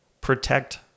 Protect